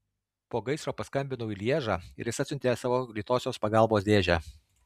po gaisro paskambinau į lježą ir jis atsiuntė savo greitosios pagalbos dėžę